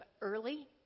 early